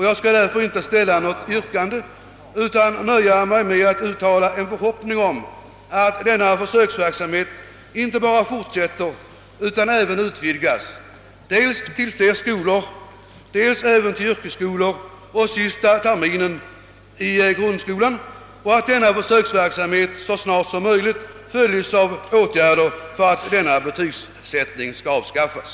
Jag skall därför inte ställa något yrkande utan nöja mig med att uttala en förhoppning om att denna försöksverksamhet inte bara fortsätter utan även utvidgas dels till fler skolor, dels även till yrkesskolor och sista terminen i grundskolan, och att denna försöksverksamhet så snart som möjligt följes av åtgärder för att denna betygssättning avskaffas.